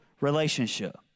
relationship